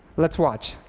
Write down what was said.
let's watch.